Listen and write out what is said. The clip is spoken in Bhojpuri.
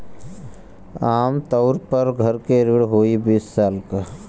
आम तउर पर घर के ऋण होइ बीस साल क